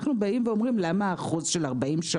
אנחנו שואלים למה 40 שעות?